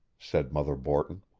said mother borton.